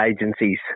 agencies